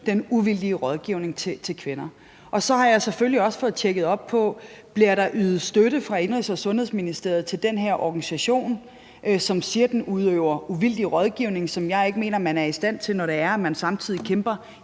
den uvildige rådgivning til kvinder. Så har jeg selvfølgelig også fået tjekket op på, om der bliver ydet støtte fra Indenrigs- og Sundhedsministeriet til den her organisation, som siger, at den udøver uvildig rådgivning, som jeg ikke mener man er i stand til, når det er, at man samtidig kæmper